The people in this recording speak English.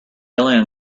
alien